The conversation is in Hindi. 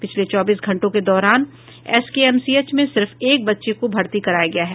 पिछले चौबीस घंटों के दौरान एसकेएमसीएच में सिर्फ एक बच्चे को भर्ती कराया गया है